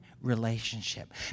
relationship